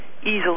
easily